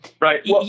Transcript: Right